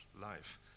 life